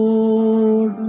Lord